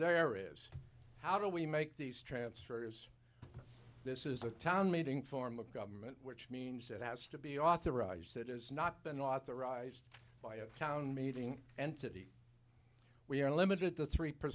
there is how do we make these transfers this is a town meeting form of government which means it has to be authorized that it's not been authorized by a town meeting entity we are limited to three per